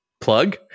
plug